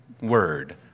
word